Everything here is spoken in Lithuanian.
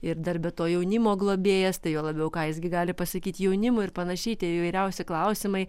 ir dar be to jaunimo globėjas tai juo labiau ką jis gi gali pasakyt jaunimui ir panašiai tie įvairiausi klausimai